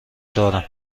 دارم